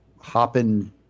hopping